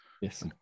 Yes